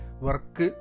work